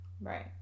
Right